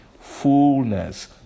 fullness